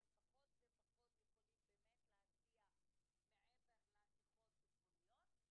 עאידה תומא סלימאן (יו"ר הוועדה לקידום מעמד האישה ולשוויון מגדרי):